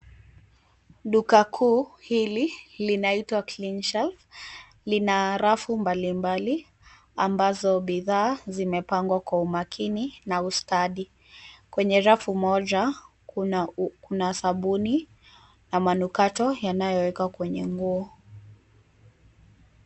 Duka kuu hili linaitwa Clean shelf. Lina rafu mbalimbali ambazo bidhaa zimepangwa kwa umakini na ustadhi. Kwenye rafu moja kuna sabuni na manukato yanayowekwa kwenye nguo.